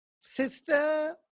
Sister